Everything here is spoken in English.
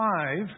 five